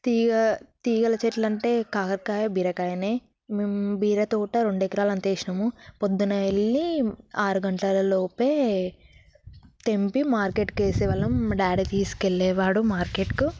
తీగ తీగల చెట్లు అంటే కాకరకాయ బీరకాయనే మేము బీర తోట రెండు ఎకరాలు అంతా వేసాము పొద్దునే వెళ్ళి ఆరు గంటలలోపే తెంపి మార్కెట్కి వేసే వాళ్ళము మా డాడీ తీసుకెళ్ళేవాడు మార్కెట్కు